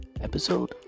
episode